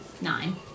Nine